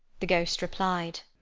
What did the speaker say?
the ghost replied.